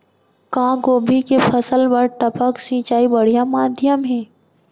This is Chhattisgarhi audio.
का गोभी के फसल बर टपक सिंचाई बढ़िया माधयम हे?